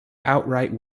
outright